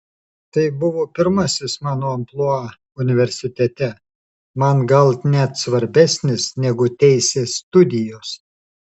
tai buvo pirmasis mano amplua universitete man gal net svarbesnis negu teisės studijos